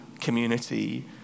community